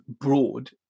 broad